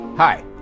Hi